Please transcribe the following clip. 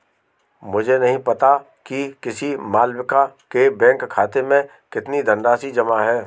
मुझे नही पता कि किसी मालविका के बैंक खाते में कितनी धनराशि जमा है